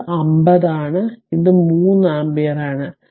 ഇത് 50 ആണ് ഇത് 3 ആമ്പിയറാണ്